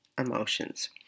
emotions